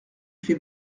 fait